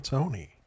Tony